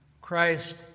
Christ